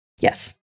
Yes